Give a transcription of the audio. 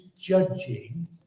judging